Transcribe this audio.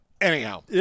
anyhow